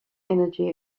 energy